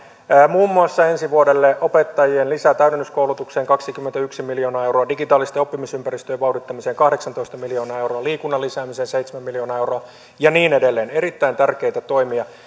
muun muassa ensi vuodelle opettajien lisä ja täydennyskoulutukseen kaksikymmentäyksi miljoonaa euroa digitaalisten oppimisympäristöjen vauhdittamiseen kahdeksantoista miljoonaa euroa liikunnan lisäämiseen seitsemän miljoonaa euroa ja niin edelleen erittäin tärkeitä toimia